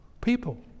People